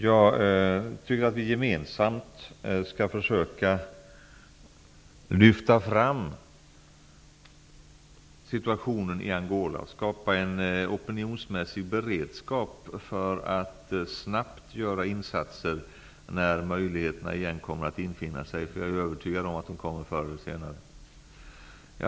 Jag tycker att vi gemensamt skall försöka lyfta fram situationen i Angola och skapa en opinionsmässig beredskap för att snabbt göra insatser när möjligheterna infinner sig; jag är övertygad om att de kommer förr eller senare.